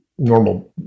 normal